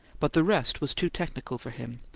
but the rest was too technical for him,